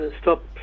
stop